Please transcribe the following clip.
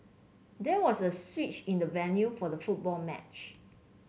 there was a switch in the venue for the football match